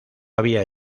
había